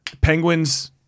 Penguins